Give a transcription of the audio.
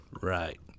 Right